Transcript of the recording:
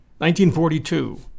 1942